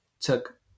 took